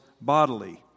bodily